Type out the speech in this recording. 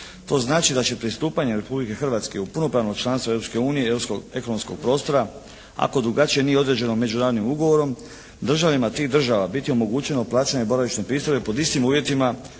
To znači da će pristupanjem Republike Hrvatske u punopravno članstvo Europske unije i europskog ekonomskog prostora ako drugačije nije određeno međunarodnim ugovorom državljanima tih država biti omogućeno plaćanje boravišne pristojbe pod istim uvjetima